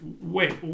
Wait